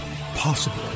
possible